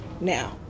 now